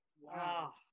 Wow